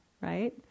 right